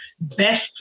best